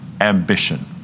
ambition